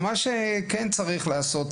מה שכן צריך לעשות,